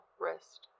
wrist